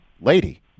lady